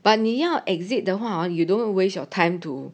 but 你要 exit 的话 on you don't waste your time to